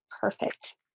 perfect